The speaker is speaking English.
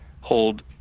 hold